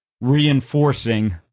reinforcing